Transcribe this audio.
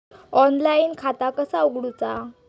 Online खाता कसा उगडूचा?